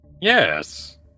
Yes